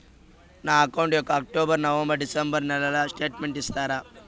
నా అకౌంట్ యొక్క October, November, December నెలల స్టేట్మెంట్ ఇస్తారా?